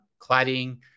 cladding